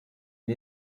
une